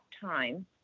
time